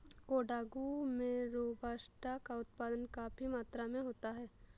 कोडागू में रोबस्टा का उत्पादन काफी मात्रा में होता है